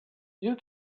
you